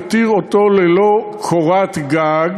יותיר אותו ללא קורת גג"